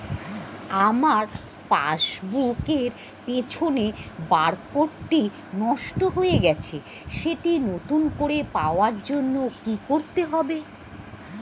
আমার পাসবুক এর পিছনে বারকোডটি নষ্ট হয়ে গেছে সেটি নতুন করে পাওয়ার জন্য কি করতে হবে?